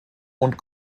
und